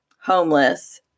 homeless